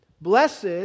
Blessed